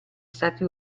stati